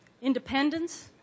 independence